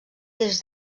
des